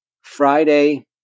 Friday